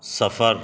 سفر